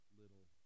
little